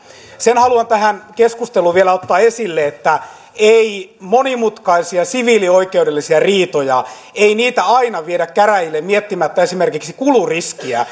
sen haluan tähän keskusteluun vielä ottaa esille että ei monimutkaisia siviilioikeudellisia riitoja aina viedä käräjille miettimättä esimerkiksi kuluriskiä